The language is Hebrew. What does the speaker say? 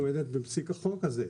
עומדת בפסיק החוק הזה,